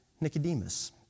Nicodemus